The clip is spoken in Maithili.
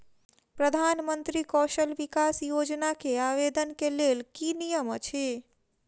प्रधानमंत्री कौशल विकास योजना केँ आवेदन केँ लेल की नियम अछि?